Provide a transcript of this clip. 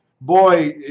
Boy